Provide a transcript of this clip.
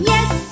Yes